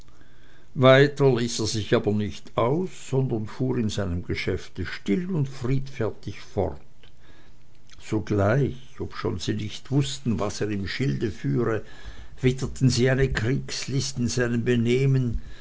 ließ er sich aber nicht aus sondern fuhr in seinem geschäfte still und friedfertig fort sogleich obschon sie nicht wußten was er im schilde führe witterten sie eine kriegslist in seinem benehmen